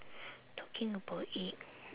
talking about egg